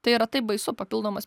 tai yra taip baisu papildomas